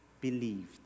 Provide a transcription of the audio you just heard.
believed